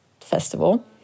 Festival